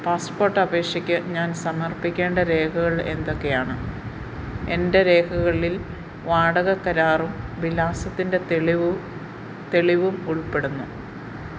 passport അപേക്ഷയ്ക്ക് ഞാൻ സമർപ്പിക്കേണ്ട രേഖകൾ എന്തൊക്കെയാണ് എൻ്റെ രേഖകളിൽ വാടക കരാറും വിലാസത്തിൻ്റെ തെളിവും ഉൾപ്പെടുന്നു